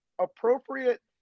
appropriate